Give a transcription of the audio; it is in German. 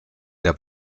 der